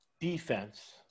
defense